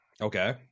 Okay